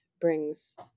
brings